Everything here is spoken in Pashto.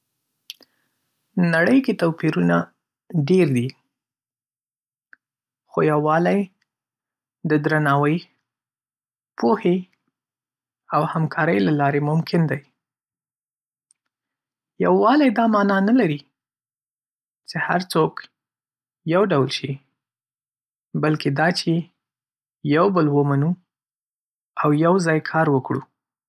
نړۍ کې توپیرونه ډېر دي، خو یووالی د درناوي، پوهې، او همکارۍ له لارې ممکن دی. یووالی دا معنا نه لري چې هر څوک یو ډول شي، بلکې دا چې یو بل ومنو او یو ځای کار وکړو.